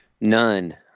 None